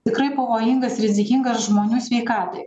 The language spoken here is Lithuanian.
tikrai pavojingas rizikingas žmonių sveikatai